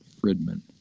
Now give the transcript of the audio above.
Friedman